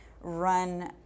run